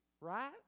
right